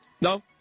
No